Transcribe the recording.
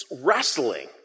wrestling